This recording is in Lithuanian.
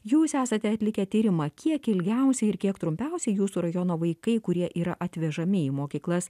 jūs esate atlikę tyrimą kiek ilgiausiai ir kiek trumpiausiai jūsų rajono vaikai kurie yra atvežami į mokyklas